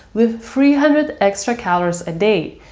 with three hundred extra calories a day,